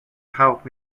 help